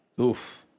Oof